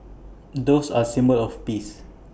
doves are A symbol of peace